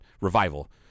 revival